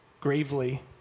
gravely